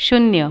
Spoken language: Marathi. शून्य